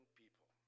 people